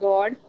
God